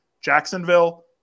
Jacksonville